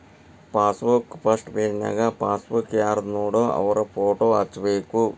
passbook first ಪೆಜನ್ಯಾಗ passbook ಯಾರ್ದನೋಡ ಅವ್ರ ಫೋಟೋ ಹಚ್ಬೇಕ್